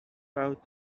out